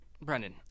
Brendan